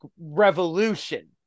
revolution